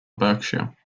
berkshire